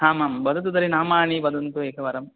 आमाम् वदतु तर्हि नामानि वदन्तु एकवारं